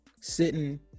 sitting